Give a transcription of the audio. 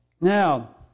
Now